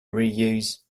reuse